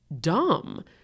dumb